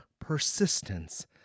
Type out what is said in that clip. persistence